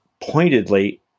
pointedly